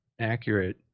accurate